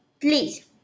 Please